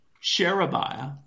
Sherebiah